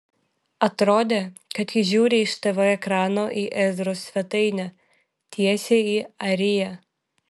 atrodė kad ji žiūri iš tv ekrano į ezros svetainę tiesiai į ariją